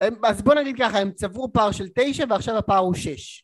אז בוא נגיד ככה הם צברו פער של תשע ועכשיו הפער הוא שש